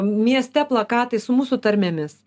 mieste plakatai su mūsų tarmėmis